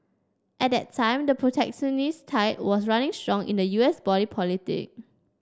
at that time the protectionist tide was running strong in the U S body politic